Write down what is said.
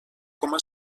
coma